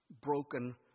broken